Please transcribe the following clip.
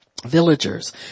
Villagers